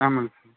ஆமாங்க சார்